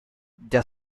der